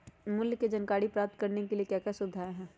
मूल्य के जानकारी प्राप्त करने के लिए क्या क्या सुविधाएं है?